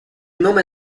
nome